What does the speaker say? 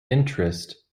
interest